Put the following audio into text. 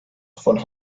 von